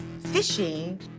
fishing